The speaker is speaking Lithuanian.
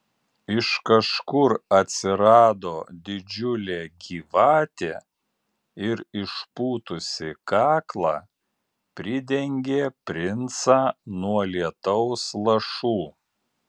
iš kažkur atsirado didžiulė gyvatė ir išpūtusi kaklą pridengė princą nuo lietaus lašų